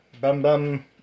bum-bum